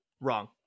Wrong